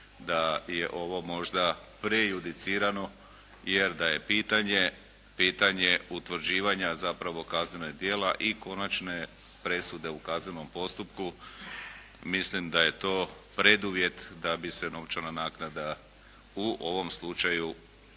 da je ovo možda prejudicirano jer da je pitanje utvrđivanja zapravo kaznenog djela i konačne presude u kaznenom postupku, mislim da je to preduvjet da bi se novčana naknada u ovom slučaju